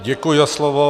Děkuji za slovo.